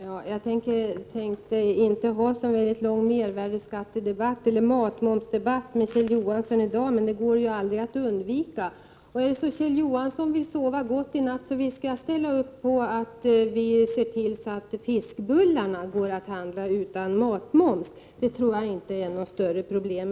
Herr talman! Jag hade inte tänkt föra någon lång debatt om mervärdeskatt och matmoms med Kjell Johansson i dag, men det går ju inte att undvika. För att Kjell Johansson skall få sova gott i natt så lovar jag att jag visst skall se till att fiskbullarna går att inhandla utan matmoms. Det tror jag inte är något större problem.